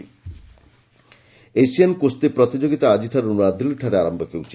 wrestling Asian କୁସ୍ତି ପ୍ରତିଯୋଗୀତା ଆଜିଠାରୁ ନୂଆଦିଲ୍ଲୀଠାରେ ଆରମ୍ଭ ହେଉଛି